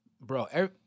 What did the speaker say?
Bro